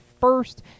first